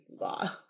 law